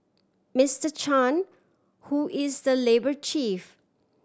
Mister Chan who is the labour chief